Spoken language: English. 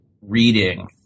reading